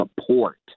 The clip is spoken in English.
support